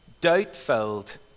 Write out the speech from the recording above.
doubt-filled